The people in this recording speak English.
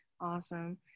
Awesome